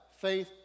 Faith